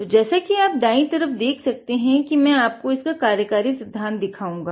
तो जैसा कि आप दायीं हाथ की तरफ देख सकते हैं कि मैं आपको इसका कार्यकारी सिद्धांत दिखाऊंगा